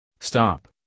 Stop